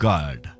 God